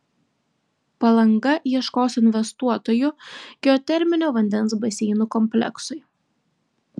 palanga ieškos investuotojų geoterminio vandens baseinų kompleksui